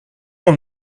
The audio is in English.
will